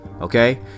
Okay